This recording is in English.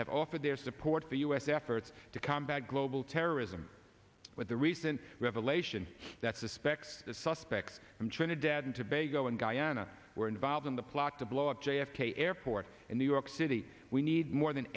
have offered their support for u s efforts to combat global terrorism with the recent revelation that suspects the suspects from trinidad and tobago in guyana were involved in the plot to blow up j f k airport in new york city we need more than